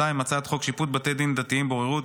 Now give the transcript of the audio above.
2. הצעת חוק שיפוט בתי דין דתיים (בוררות),